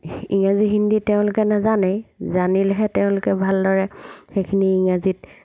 ইংৰাজী হিন্দী তেওঁলোকে নাজানেই জানিলেহে তেওঁলোকে ভালদৰে সেইখিনি ইংৰাজীত